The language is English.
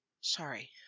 Sorry